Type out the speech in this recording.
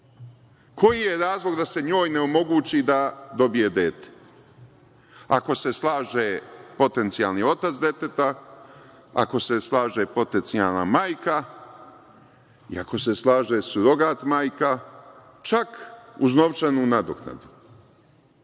koji je razlog da se njoj ne omogući da dobije dete, ako se slaže potencijalni otac deteta, ako se slaže potencijalna majka i ako se slaže surogat majka, čak i uz novčanu nadoknadu?